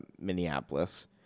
Minneapolis